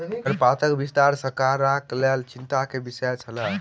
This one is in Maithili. खरपातक विस्तार सरकारक लेल चिंता के विषय छल